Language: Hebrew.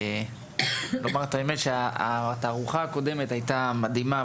לומר את האמת שהתערוכה הקודמת היתה מדהימה,